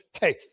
hey